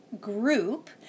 group